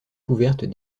couvertes